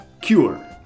Cure